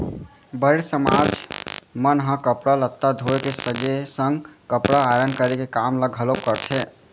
बरेठ समाज मन ह कपड़ा लत्ता धोए के संगे संग कपड़ा आयरन करे के काम ल घलोक करथे